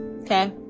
Okay